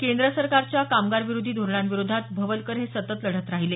केंद्र सरकारच्या कामगारविरोधी धोरणांविरोधात भवलकर हे सतत लढत राहीले